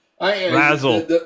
Razzle